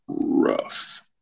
rough